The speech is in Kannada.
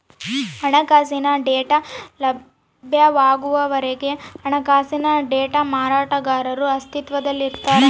ಹಣಕಾಸಿನ ಡೇಟಾ ಲಭ್ಯವಾಗುವವರೆಗೆ ಹಣಕಾಸಿನ ಡೇಟಾ ಮಾರಾಟಗಾರರು ಅಸ್ತಿತ್ವದಲ್ಲಿರ್ತಾರ